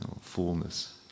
Fullness